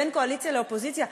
בין קואליציה לאופוזיציה,